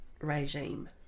regime